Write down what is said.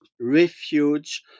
refuge